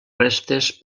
restes